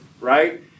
right